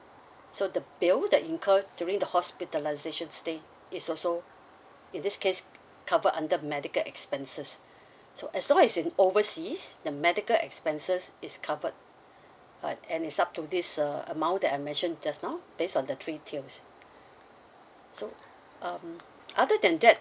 so the bill that incur during the hospitalisation stay is also in this case cover under medical expenses so as long as in overseas the medical expenses is covered uh and it's up to this uh amount that I mentioned just now based on the three tiers so um other than that